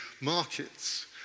markets